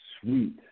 sweet